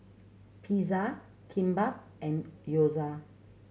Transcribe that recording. Pizza Kimbap and Gyoza